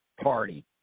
Party